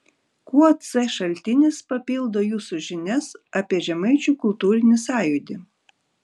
kuo c šaltinis papildo jūsų žinias apie žemaičių kultūrinį sąjūdį